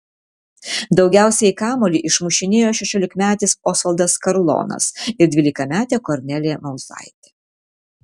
daugiausiai kamuolį išmušinėjo šešiolikmetis osvaldas karlonas ir dvylikametė kornelija mauzaitė